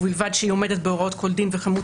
ובלבד שהיא עומדת בהוראות כל דין וכמות